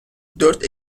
dört